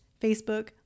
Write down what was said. Facebook